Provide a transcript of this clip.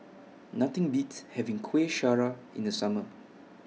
Nothing Beats having Kuih Syara in The Summer